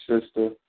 sister